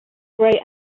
grey